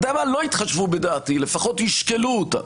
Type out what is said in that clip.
אתה יודע מה, לא יתחשבו בדעתי, לפחות ישקלו אותה